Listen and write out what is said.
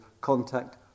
contact